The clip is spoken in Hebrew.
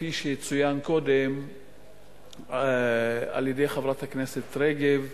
כפי שצוין קודם על-ידי חברת הכנסת רגב,